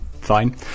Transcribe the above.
fine